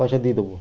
পয়সা দিয়ে দেব